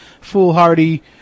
foolhardy